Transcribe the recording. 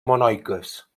monoiques